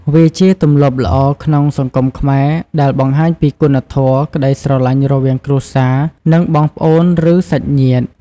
វាជាទម្លាប់ល្អក្នុងសង្គមខ្មែរ ដែលបង្ហាញពីគុណធម៌ ក្តីស្រឡាញ់រវាងគ្រួសារនិង បងប្អូនឬសាច់ញាតិ។